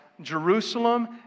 Jerusalem